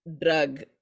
drug